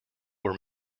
were